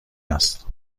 است